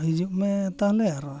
ᱦᱤᱡᱩᱜ ᱢᱮ ᱛᱟᱦᱚᱞᱮ ᱟᱨ